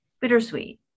bittersweet